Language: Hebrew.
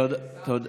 תודה.